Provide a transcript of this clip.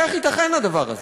איך ייתכן הדבר הזה?